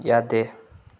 ꯌꯥꯗꯦ